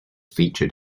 featured